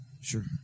Sure